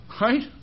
right